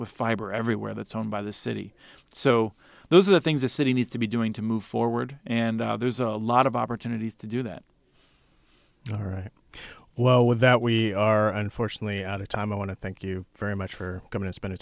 with fiber everywhere that's owned by the city so those are the things a city needs to be doing to move forward and there's a lot of opportunities to do that all right well with that we are unfortunately out of time i want to thank you very much for coming to spend